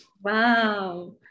wow